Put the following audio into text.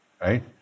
right